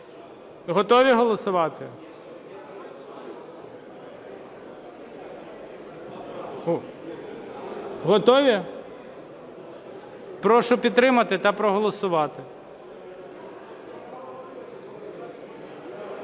Готові голосувати? Прошу підтримати та проголосувати.